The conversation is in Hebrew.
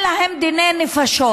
אלא הם דיני נפשות.